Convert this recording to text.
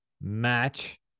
Match